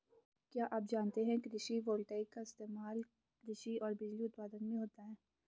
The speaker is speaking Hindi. क्या आप जानते है कृषि वोल्टेइक का इस्तेमाल कृषि और बिजली उत्पादन में होता है?